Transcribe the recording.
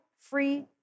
free